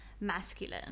masculine